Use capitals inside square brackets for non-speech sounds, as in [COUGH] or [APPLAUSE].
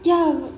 ya [NOISE]